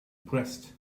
pressed